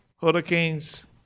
hurricanes